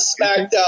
SmackDown